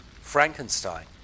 Frankenstein